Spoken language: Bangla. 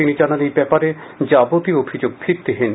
তিনি জানান এই ব্যাপারে যাবতীয় অভিযোগ ভিত্তিহীন